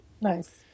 Nice